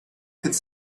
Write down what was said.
could